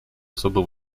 особо